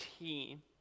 team